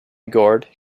guard